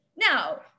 Now